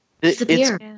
disappear